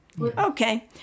Okay